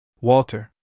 Walter